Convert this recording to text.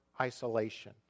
isolation